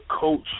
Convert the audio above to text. coach